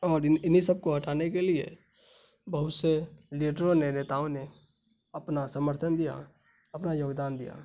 اور انہی سب کو ہٹانے کے لیے بہت سے لیٹروں نے نیتاؤں نے اپنا سمرتھن دیا اپنا یوگدان دیا